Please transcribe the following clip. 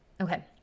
okay